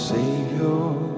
Savior